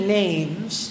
names